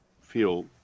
feel